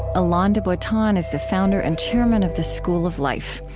alain de botton is the founder and chairman of the school of life.